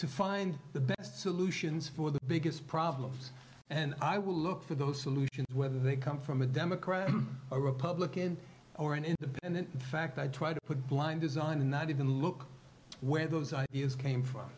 to find the best solutions for the biggest problems and i will look for those solutions whether they come from a democrat a republican or an independent fact i try to put blind design in that even look where those ideas came from